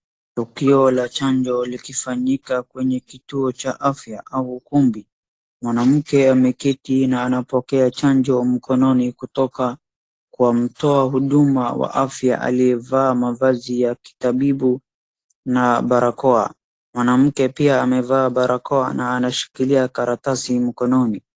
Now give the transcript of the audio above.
Tukio la chajo likafanyika kwenye kituo cha afya au ukumbi. Mwanamke ameketi na anapokea chajo mkononi kutoka mtoa huduma wa afya aliyevaa mavazi ya kitabibu na barakoa. Mwanamke pia amevaa barakoa na anashikilia karatasi mkononi.